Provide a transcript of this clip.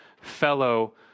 fellow